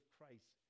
Christ